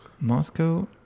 Moscow